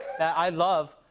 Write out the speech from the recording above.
that i love,